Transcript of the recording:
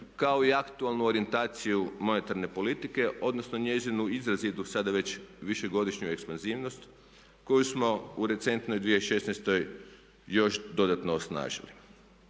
kao i aktualnu orijentaciju monetarne politike, odnosno njezinu izrazitu sada već višegodišnju ekspanzivnost koju smo u recentnoj 2016. još dodatno osnažili.